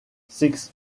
six